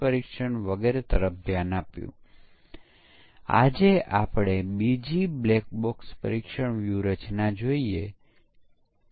જ્યારે વેરિફિકેશન તકનીકો સમીક્ષા વિશ્લેષણ અને સ્ટીમ્યુલેશન અને તેથી વધુ છે